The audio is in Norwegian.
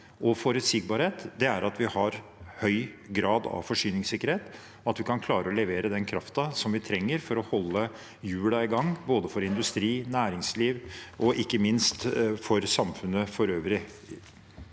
forutsigbarhet er at vi har høy grad av forsyningssikkerhet, og at vi kan klare å levere den kraften vi trenger for å holde hjulene i gang for både industri, næringsliv og ikke minst samfunnet for øvrig.